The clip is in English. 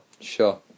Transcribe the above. sure